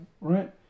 right